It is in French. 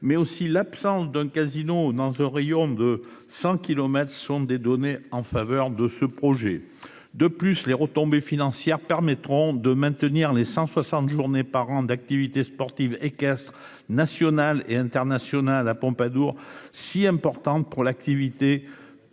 mais aussi l'absence d'un casino dans un rayon de 100 kilomètres, sont des données en faveur de ce projet. De plus les retombées financières permettront de maintenir les 160 journée parent d'activité sportive équestre nationales et internationales à Pompadour si importante pour l'activité.